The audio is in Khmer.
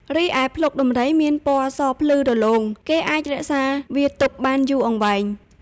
រីឯ ភ្លុកដំរីមានពណ៌សភ្លឺរលោង គេអាចរក្សាវាទុកបានយូរអង្វែង។